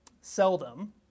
seldom